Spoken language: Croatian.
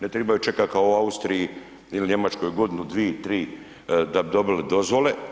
Ne trebaju čekati kao u Austriji ili u Njemačkoj godinu, dvije, tri da bi dobili dozvole.